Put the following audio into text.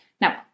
Now